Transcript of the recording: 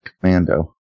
Commando